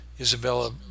Isabella